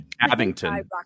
Abington